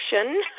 action